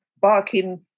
barking